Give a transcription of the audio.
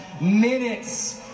minutes